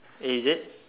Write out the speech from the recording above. is it